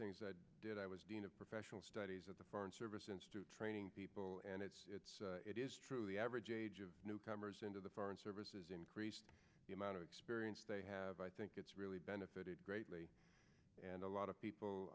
things i did i was dean of professional studies at the foreign service institute training people and it is true the average age of newcomers into the foreign service has increased the amount of experience they have i think it's really benefited greatly and a lot of people